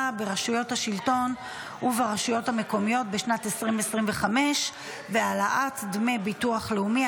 ברשויות השלטון וברשויות המקומיות בשנת 2025 והעלאת דמי ביטוח לאומי),